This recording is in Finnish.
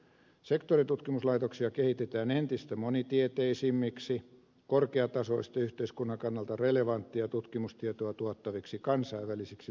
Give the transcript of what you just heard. sektoritutkimuslaitoksia kehitetään entistä monitieteisemmiksi korkeatasoista ja yhteiskunnan kannalta relevanttia tutkimustietoa tuottaviksi kansainvälisiksi tutkimusorganisaatioiksi